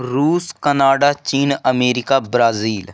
Russia Canada China America Brazil